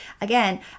again